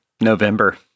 november